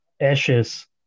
ashes